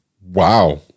Wow